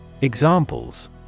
Examples